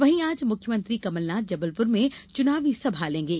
वहीं आज मुख्यमंत्री कमलनाथ जबलपुर में चुनावी सभा लेंगे